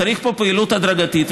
צריך פה פעילות הדרגתית,